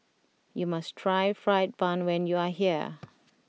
you must try Fried Bun when you are here